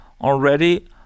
already